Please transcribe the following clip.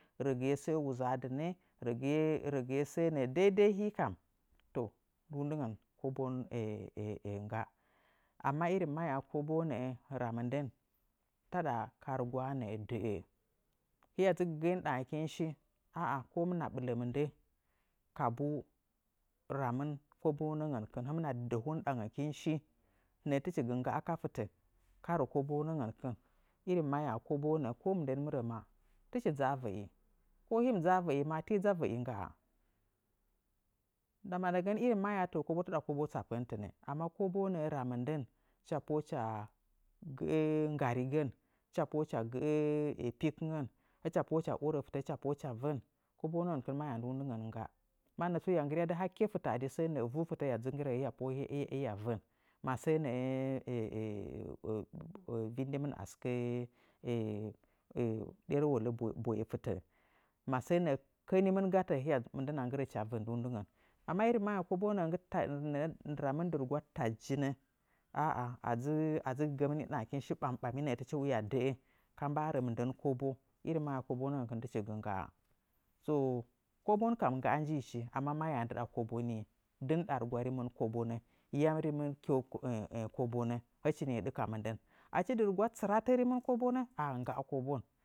Rəgɨye səəwuzaa dɨn ragɨye saawuza dai dəi hii kam to nduundɨngən hii kam ngga. Amma irin mahyaa koboo nəə ra mɨndən taɗa ka rugwan. Hiya dzɨ gəgə indɨɗangə kin shi ko hiya ɓɨlə mɨndə kabuu ramɨn kobounəngənkɨn hɨmɨna dəho indɨɗangəkɨn shi nəə tɨchi gɨ ngga ka fɨtə ka rə kobunəngən. Irin mahyaa koboo nəə ko mɨndən mɨ rə maa tɨchɨ dzɨ a vəi ko hichi mɨ dzɨ avəi maa tii dzɨ a vəi ngga'a. Ndama ndagən, irin mahyaa koboo nəə taɗa kobo tsappə nɨtɨnnɨ. Amma koboo nəə ra mɨndən hɨcha phəə hɨcha gəə nggarigən, hɨcha pohə'a hɨcha gəə pikɨngən, hɨcha orə fɨtə hɨcha pohəə hɨcha vən, kobounəngən mahyaa nduunlɨngən ngga, mannə tsu hiya nggɨryadɨ hakke fɨta a di səə nəə vuuchi hiya pohəə hiya vən səə nəə vinndimfa a sɨkə a sɨkə, ɗerəwolə boye fɨtə masəə nəə kənimɨn gatə hiya dzɨ, mɨnɗana nggɨrə hɨcha və nduundɨngən. Amma mahyaa koboo nəə ramɨn dɨ rugwa tajjijjinə ah ah a dzɨ gəgəmɨn i ndɨɗa shi ɓam ɓami nəə tɨchi waa dəə, irin mahyaa obounəngən tɨchi gɨ ngga'a. To, kobon kam ngga njiichi amma mahyaa ndɨɗa kobo nii, dɨ ndɨɗa rugwa rimɨnnɨ?. Yam rimɨn kobonəə? Hɨchi mi ɗɨka mɨndən achi dɨ rugwa tsɨratə rimɨn kobonə, ah ah ngga kobonə.